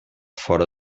fora